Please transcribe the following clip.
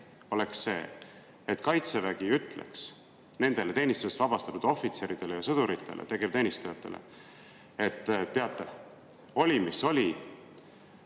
käik see, et Kaitsevägi ütleks nendele teenistusest vabastatud ohvitseridele ja sõduritele, tegevteenistujatele: "Teate, oli, mis oli.